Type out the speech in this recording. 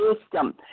system